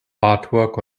artwork